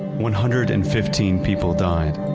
one hundred and fifteen people died.